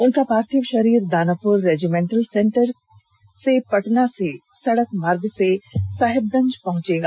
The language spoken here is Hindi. उनका पार्थिव शरीर दानापुर रेजिमेंटल सेंटर से पटना से सडक मार्ग से साहिबगंज पहंचेगा